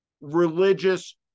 religious